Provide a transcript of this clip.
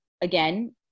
again